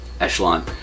echelon